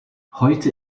heute